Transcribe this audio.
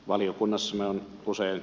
valiokunnassamme on usein